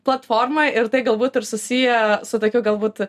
platforma ir tai galbūt ir susiję su tokiu galbūt